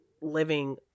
living